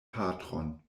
patron